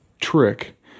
trick